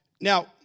Now